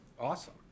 awesome